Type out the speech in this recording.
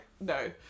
no